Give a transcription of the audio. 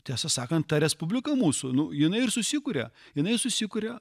tiesą sakant tą respubliką mūsų nu jinai ir susikuria jinai susikuria